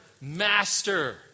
Master